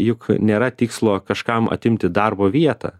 juk nėra tikslo kažkam atimti darbo vietą